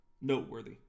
noteworthy